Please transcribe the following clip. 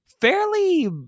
fairly